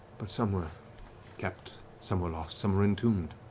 but some were kept, some were lost, some were entombed,